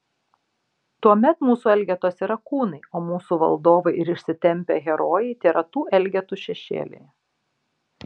tuomet mūsų elgetos yra kūnai o mūsų valdovai ir išsitempę herojai tėra tų elgetų šešėliai